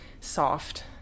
soft